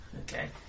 Okay